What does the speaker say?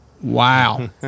wow